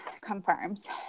confirms